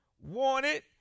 wanted